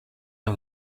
him